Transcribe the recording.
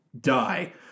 die